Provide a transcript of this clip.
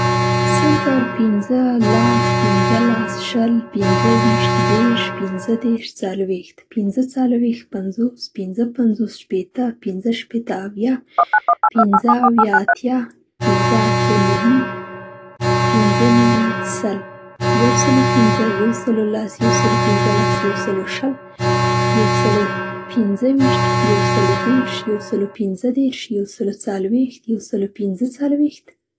صفر پنځه لس پنځلس شل پنځه ويشت دېرش پنځه دېرش څلوېښت پنځه څلوېښت پنځوس پنځه پنځوس شپېته پنځه شپېته اويا پنځه اويا اتيا پنځه اتيا نوي پنځه نوي سل سل او پنځه سل او لس سل او پنځلس سل او شل سل او پنځه ويشت سل او دېرش سل او پنځه دېرش سل او څلوېښت سل او پنځه څلوېښت